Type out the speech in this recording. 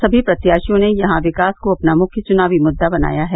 सभी प्रत्याशियों ने यहां विकास को अपना मुख्य चुनावी मुद्दा बनाया है